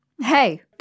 Hey